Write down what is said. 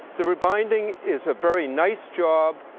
the rebinding is a very nice job,